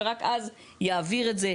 ורק אז יעביר את זה.